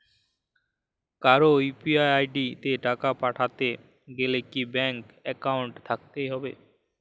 কারো ইউ.পি.আই তে টাকা পাঠাতে গেলে কি ব্যাংক একাউন্ট থাকতেই হবে?